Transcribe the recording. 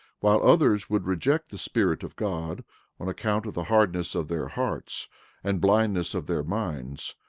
while others would reject the spirit of god on account of the hardness of their hearts and blindness of their minds,